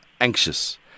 anxious